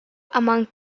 among